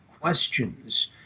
questions